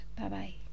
Bye-bye